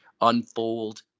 unfold